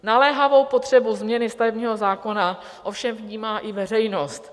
Naléhavou potřebu změny stavebního zákona ovšem vnímá i veřejnost.